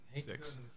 six